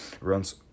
runs